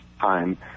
time